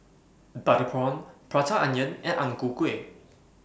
Butter Prawn Prata Onion and Ang Ku Kueh